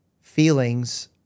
feelings